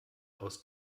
aus